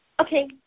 Okay